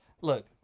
Look